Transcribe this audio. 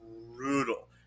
brutal